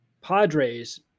Padres